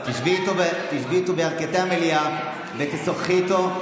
תשבי איתו בירכתי המליאה ותשוחחי איתו,